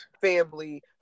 family